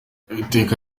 iteka